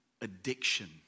addiction